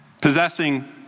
possessing